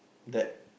that